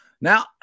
now